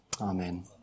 Amen